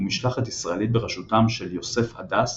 ומשלחת ישראלית בראשותם של יוסף הדס